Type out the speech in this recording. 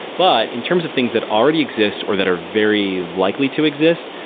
but in terms of things that already exist or that are very likely to exist,